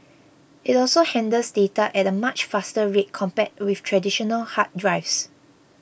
it also handles data at a much faster rate compared with traditional hard drives